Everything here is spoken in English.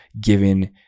given